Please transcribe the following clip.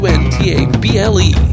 Untable